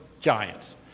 Giants